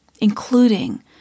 including